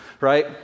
right